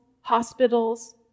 hospitals